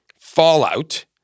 Fallout